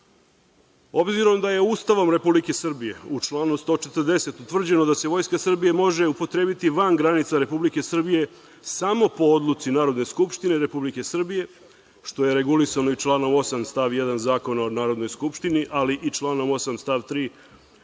da je Ustavom Republike Srbije u članu 140. utvrđeno da se Vojska Srbije može upotrebiti van granica Republike Srbije samo po odluci Narodne skupštine Republike Srbije, što je regulisano i članom 8. stav 1. Zakona o Narodnoj skupštini, ali i članom 8. stav 3. Zakona